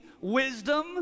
wisdom